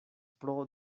pro